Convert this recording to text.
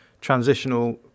transitional